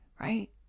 right